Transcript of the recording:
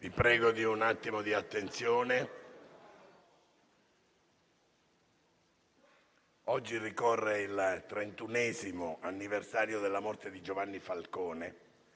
Oggi ricorre il 31° anniversario della morte di Giovanni Falcone,